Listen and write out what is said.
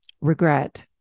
regret